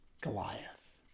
Goliath